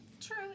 True